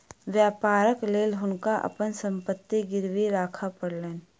व्यापारक लेल हुनका अपन संपत्ति गिरवी राखअ पड़लैन